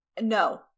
No